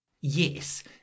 yes